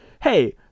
hey